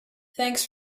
thanks